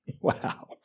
wow